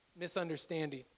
misunderstanding